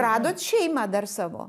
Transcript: radot šeimą dar savo